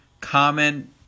Comment